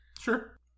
Sure